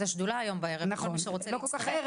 השדולה היום בערב וכל מי שרוצה להצטרף,